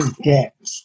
get